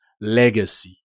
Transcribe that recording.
legacy